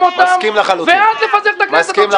אותם ואז לפזר את הכנסת בעוד שבוע.